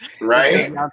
Right